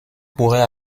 pourrait